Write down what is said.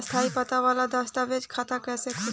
स्थायी पता वाला दस्तावेज़ से खाता कैसे खुली?